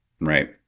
right